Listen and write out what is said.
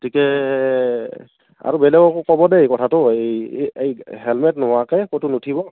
গতিকে আৰু বেলেগকো ক'ব দেই কথাটো এই এই হেলমেট নোহোৱাকৈ ক'তো নুঠিব